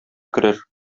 керер